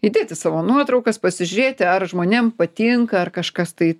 įdėti savo nuotraukas pasižiūrėti ar žmonėm patinka ar kažkas tai